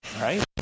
Right